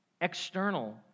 external